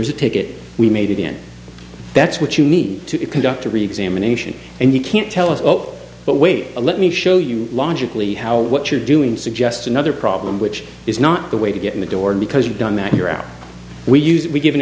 there's a ticket we made it in that's what you need to conduct a recount emanation and you can't tell us oh but wait a let me show you logically how what you're doing suggest another problem which is not the way to get in the door and because you've done that you're out we use we give an